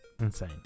insane